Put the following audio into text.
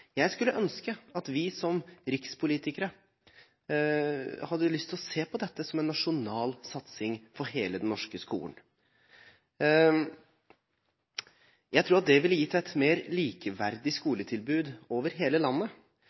Jeg skulle ønske at vi som rikspolitikere hadde lyst til å se på dette som en nasjonal satsing for hele den norske skolen. Jeg tror at det ville gitt et mer likeverdig skoletilbud over hele landet.